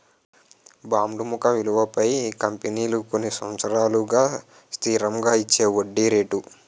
bond ముఖ విలువపై కంపెనీలు కొన్ని సంవత్సరాలకు స్థిరంగా ఇచ్చేవడ్డీ రేటు